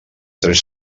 tres